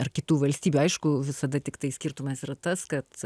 ar kitų valstybių aišku visada tiktai skirtumas yra tas kad